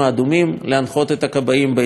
להנחות את הכבאים בהתאם לכך,